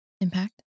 impact